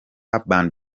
urban